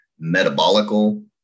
Metabolical